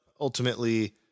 ultimately